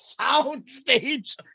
soundstage